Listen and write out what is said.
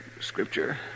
scripture